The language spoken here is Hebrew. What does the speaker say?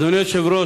אדוני היושב-ראש,